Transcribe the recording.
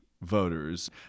voters